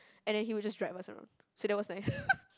and then he would just drive us around so that was nice